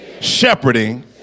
shepherding